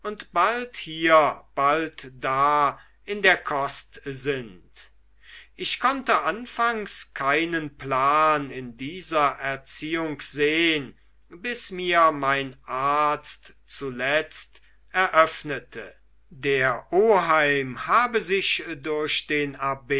bald hier bald da in der kost sind ich konnte anfangs keinen plan in dieser erziehung sehn bis mir mein arzt zuletzt eröffnete der oheim habe sich durch den